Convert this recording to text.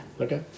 Okay